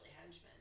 Henchmen